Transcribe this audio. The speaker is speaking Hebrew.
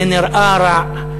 זה נראה רע.